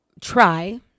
try